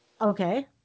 Okay